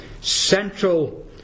central